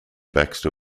baxter